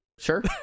sure